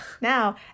Now